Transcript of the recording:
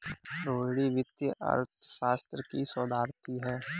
रोहिणी वित्तीय अर्थशास्त्र की शोधार्थी है